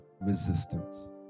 resistance